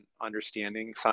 understanding